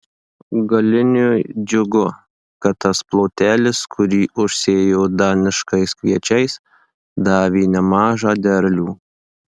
galiniui džiugu kad tas plotelis kurį užsėjo daniškais kviečiais davė nemažą derlių